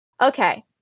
okay